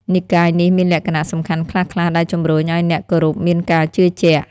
និកាយនេះមានលក្ខណៈសំខាន់ខ្លះៗដែលជំរុញឲ្យអ្នកគោរពមានការជឿជាក់។